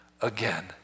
again